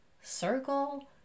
circle